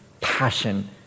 passion